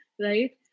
right